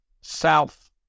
south